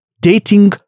dating